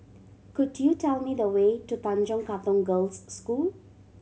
could you tell me the way to Tanjong Katong Girls' School